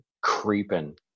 Creeping